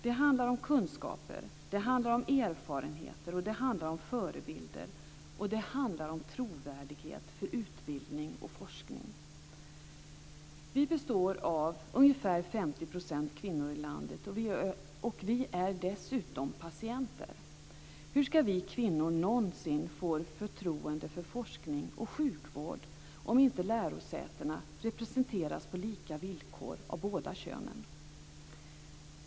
Det handlar om kunskaper, det handlar om erfarenheter, det handlar om förebilder, och det handlar om trovärdighet för utbildning och forskning. Sveriges befolkning består av ungefär 50 % kvinnor, och vi är dessutom patienter. Hur ska vi kvinnor någonsin få förtroende för forskning och sjukvård om inte lärosätena representeras på lika villkor av båda könen?